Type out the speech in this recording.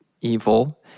evil